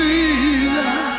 Jesus